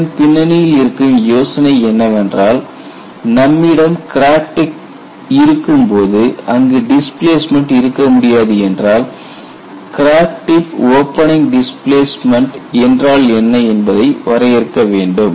இதன் பின்னணியில் இருக்கும் யோசனை என்னவென்றால் நம்மிடம் கிராக் டிப் இருக்கும்போது அங்கு டிஸ்பிளேஸ்மெண்ட் இருக்க முடியாது என்றால் கிராக் டிப் ஓபனிங் டிஸ்பிளேஸ்மெண்ட் என்றால் என்ன என்பதை வரையறுக்க வேண்டும்